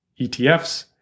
ETFs